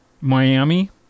Miami